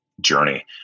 journey